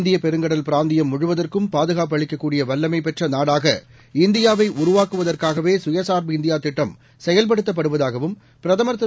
இந்தியப் பெருங்கடல் பிராந்தியம் முழுவதற்கும் பாதுகாப்பு அளிக்கக்கூடிய வல்லமை பெற்ற நாடாக இந்தியாவை உருவாக்குவதற்காகவே கயசார்பு இந்தியா திட்டம் செயல்படுத்தப்படுவதாகவும் பிரதமர் திரு